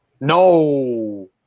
No